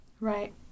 right